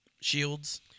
shields